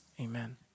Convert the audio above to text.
amen